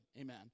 Amen